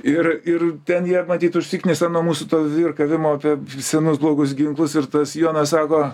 ir ir ten jie matyt užsiknisa nuo mūsų to virkavimo apie senus blogus ginklus ir tas jonas sako